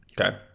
Okay